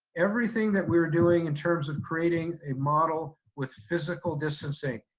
everything that we're doing in terms of creating a model with physical distancing,